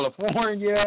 California